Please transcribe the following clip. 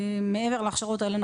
מעבר להכשרות האלה,